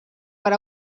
per